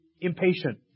impatient